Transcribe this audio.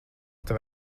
tev